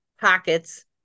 pockets